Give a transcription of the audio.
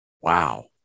Wow